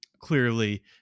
clearly